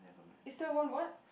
is there one what